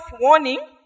warning